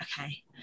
okay